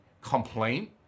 complaint